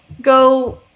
go